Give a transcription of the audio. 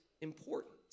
important